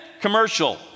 commercial